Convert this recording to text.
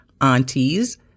aunties